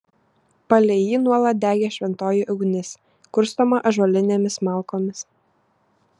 palei jį nuolat degė šventoji ugnis kurstoma ąžuolinėmis malkomis